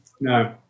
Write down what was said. no